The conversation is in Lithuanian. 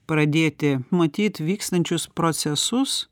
pradėti matyt vykstančius procesus